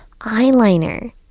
eyeliner